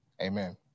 Amen